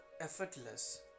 effortless